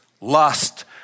lust